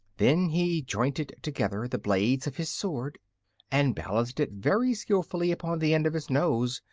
then he jointed together the blades of his sword and balanced it very skillfully upon the end of his nose.